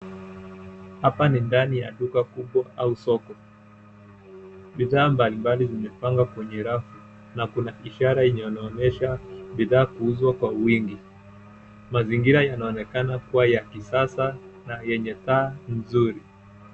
Hapa ni ndani ya duka kubwa au soko. Bidhaa mbalimbali zimepangwa kwenye rafu na kuna ishara yenye inaonyesha bidhaa kuuzwa kwa wingi. Mazingira yanaonekana kuwa ya kisasa na yenye taa nzuri.